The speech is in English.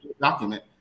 document